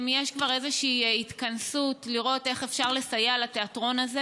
אם יש כבר איזושהי התכנסות לראות איך אפשר לסייע לתיאטרון הזה.